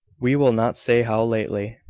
we will not say how lately.